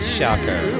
Shocker